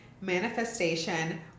manifestation